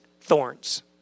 thorns